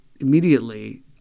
immediately